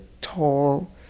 tall